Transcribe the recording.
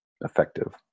effective